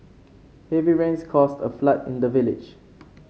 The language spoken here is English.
heavy rains caused a flood in the village